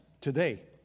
Today